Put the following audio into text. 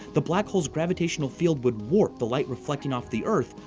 the black hole's gravitational field would warp the light reflecting off the earth,